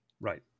Right